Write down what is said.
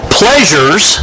pleasures